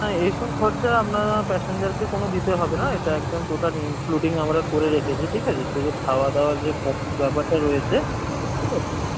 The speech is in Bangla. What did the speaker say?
হ্যাঁ এসব খরচা আপনারা প্যাসেঞ্জারকে কোনও দিতে হবে না এটা একদম টোটাল ইনক্লুডিং আমরা করে রেখেছি ঠিক আছে শুধু খাওয়া দাওয়ার যে খরচের ব্যাপারটা রয়েছে ঠিক আছে